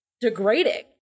degrading